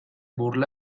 burla